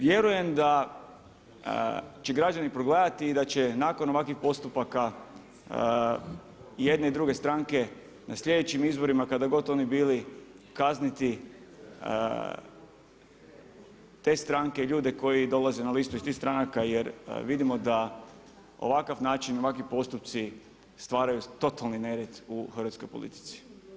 Vjerujem da će građani progledati i da će nakon ovakvih postupaka jedne i druge stranke, na sljedećim izborima, kada god oni bili, kazniti te stranke i ljude koji dolaze na listu iz tih stranaka jer vidimo da ovakav način, ovakvi postupci stvaraju totalni nered u hrvatskoj politici.